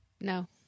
No